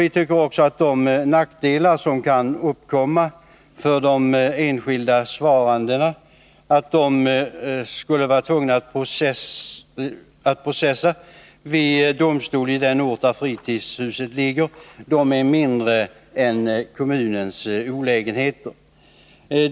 Vi tycker också att de nackdelar som kan uppkomma för de enskilda svarandena, om de skulle vara tvungna att processa vid domstolen i den ort där fritidshuset ligger, är mindre än kommunens olägenheter.